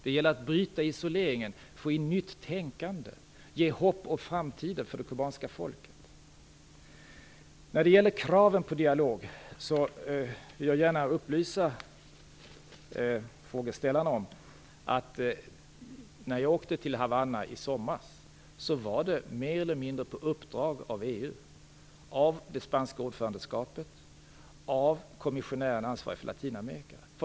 Det gäller att bryta isoleringen, få in nytt tänkande, ge hopp om framtiden för det kubanska folket. När det gäller kraven på dialog vill jag gärna upplysa frågeställarna om att när jag åkte till Havanna i somras var det mer eller mindre på uppdrag av EU, av det spanska ordförandeskapet, av kommissionären ansvarig för Latinamerika.